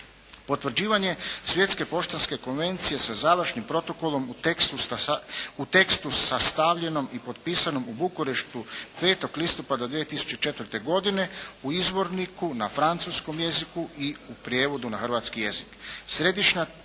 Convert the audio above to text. Potvrđivanje Svjetske poštanske konvencije sa završnim protokolom u tekstu sastavljenom i potpisanom u Bukureštu 5. listopada 2004. godine u izvorniku na francuskom jeziku i u prijevodu na hrvatski jezik.